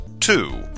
Two